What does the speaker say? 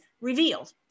revealed